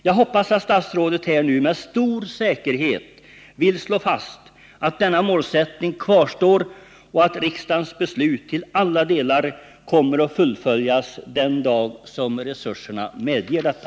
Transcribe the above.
Jag hoppas att statsrådet nu, med stor säkerhet, vill slå fast att denna målsättning kvarstår och att riksdagens beslut till alla delar kommer att fullföljas den dag resurserna medger detta.